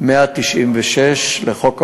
196 לחוק העונשין,